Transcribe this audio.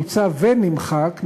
שהוצע ונמחק,